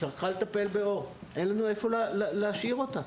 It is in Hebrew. היא צריכה לטפל בו, ואין לנו איפה להשאיר אותה.